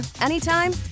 anytime